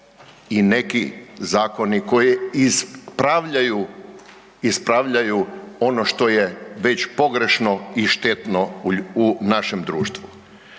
i neki zakoni koji ispravljaju ono što je već pogrešno i štetno u našem društvu.